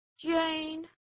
Jane